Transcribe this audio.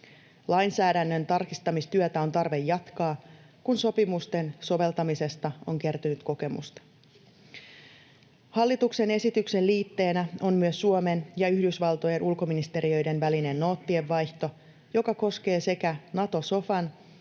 Lainsäädännön tarkistamistyötä on tarve jatkaa, kun sopimusten soveltamisesta on kertynyt kokemusta. Hallituksen esityksen liitteenä on myös Suomen ja Yhdysvaltojen ulkoministeriöiden välinen noottienvaihto, joka koskee sekä Nato-sofan